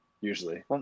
usually